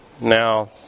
now